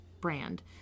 brand